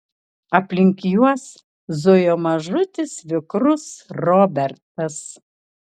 aplink juos zujo mažutis vikrus robertas